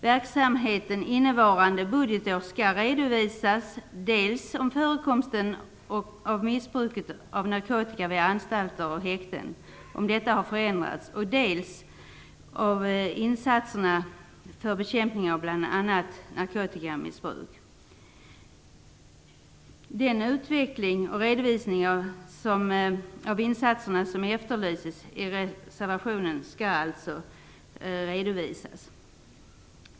Verksamheten skall innevarande budgetår redovisa dels om förekomsten och missbruket av narkotika på anstalter och i häkten har förändrats, dels insatserna för bekämpning av bl.a. narkotikamissbruk. Den utveckling av insatserna som efterlyses i reservationen skall alltså redovisas.